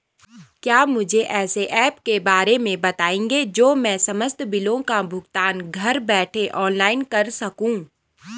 क्या मुझे ऐसे ऐप के बारे में बताएँगे जो मैं समस्त बिलों का भुगतान घर बैठे ऑनलाइन कर सकूँ?